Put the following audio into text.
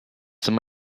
some